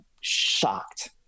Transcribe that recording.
shocked